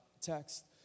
text